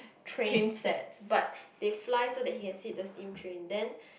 train sets but they fly so that he could see the steam trains then